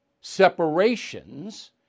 separations